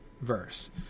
verse